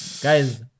Guys